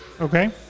Okay